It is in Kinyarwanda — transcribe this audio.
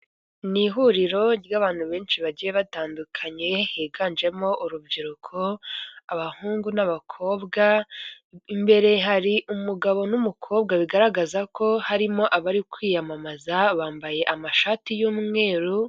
N'ihuriro ry'abantu benshi bagiye batandukanye higanjemo urubyiruko abahungu n'abakobwa, imbere hari umugabo n'umukobwa bigaragaza ko harimo abari kwiyamamaza bambaye amashati y'umweru.